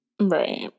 Right